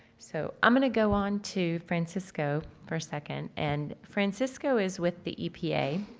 so i'm gonna go on to francisco for a second and francisco is with the epa